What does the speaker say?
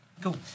Cool